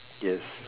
yes